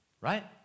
right